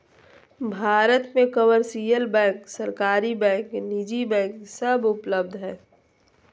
भारत मे commercial bank, सरकारी bank, निजी बैंक सब उपलब्ध हय